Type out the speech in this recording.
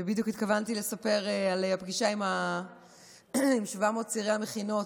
ובדיוק התכוונתי לספר על הפגישה עם 700 צעירי המכינות,